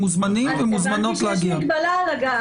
אני הבנתי שיש מגבלה על הגעה.